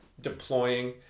deploying